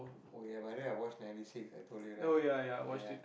oh ya by the way I watch ninety six I told you right ya